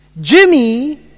Jimmy